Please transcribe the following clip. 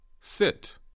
sit